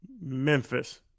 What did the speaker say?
Memphis